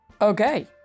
Okay